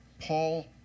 Paul